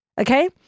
Okay